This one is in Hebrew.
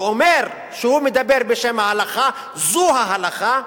ואומר שהוא מדבר בשם ההלכה זו ההלכה,